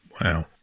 wow